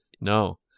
No